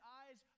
eyes